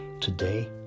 today